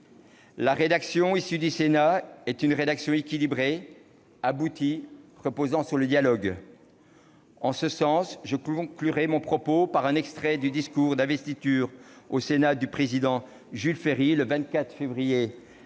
La rédaction issue du Sénat est équilibrée, aboutie et repose sur le dialogue. Je conclurai mon propos par un extrait du discours d'investiture au Sénat du président Jules Ferry, le 27 février 1893-